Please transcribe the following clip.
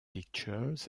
pictures